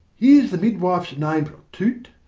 here's the midwife's name to' t,